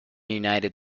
united